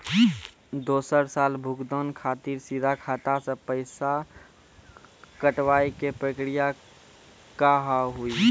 दोसर साल भुगतान खातिर सीधा खाता से पैसा कटवाए के प्रक्रिया का हाव हई?